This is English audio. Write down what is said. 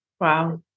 Wow